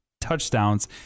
touchdowns